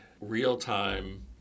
real-time